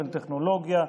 של טכנולוגיה,